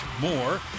more